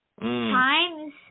times